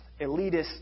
elitist